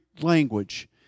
language